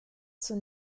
zur